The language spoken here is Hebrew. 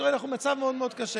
תראה, אנחנו במצב מאוד קשה.